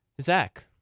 Zach